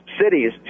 cities